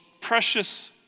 precious